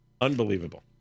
Unbelievable